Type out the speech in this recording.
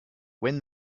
when